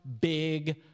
big